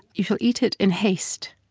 you shall eat it in haste,